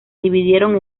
dividieron